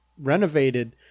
renovated